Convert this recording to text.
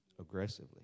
aggressively